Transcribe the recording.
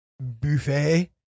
buffet